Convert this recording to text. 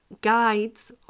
guides